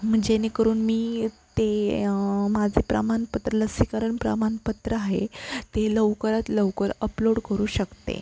मग जेणेकरून मी ते माझे प्रमाणपत्र लसीकरण प्रमाणपत्र आहे ते लवकरात लवकर अपलोड करू शकते